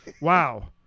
Wow